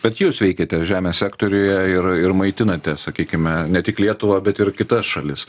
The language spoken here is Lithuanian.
bet jūs veikiate žemės sektoriuje ir ir maitinate sakykime ne tik lietuvą bet ir kitas šalis